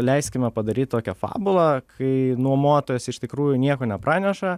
leiskime padaryt tokią fabulą kai nuomotojas iš tikrųjų nieko nepraneša